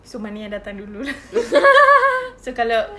so mana yang datang dulu lah so kalau